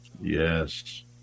Yes